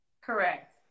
Correct